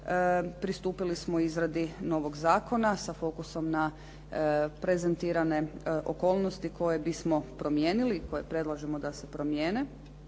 pristupili smo izradi novog zakona sa fokusom na prezentirane okolnosti koje bismo promijenili, koje predlažemo da se promijene